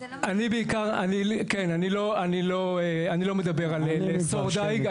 אני לא מדבר על לאסור דייג,